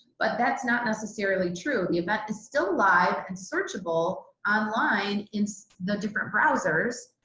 but that's not necessarily true. the event is still alive and searchable online in so the different browsers,